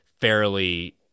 fairly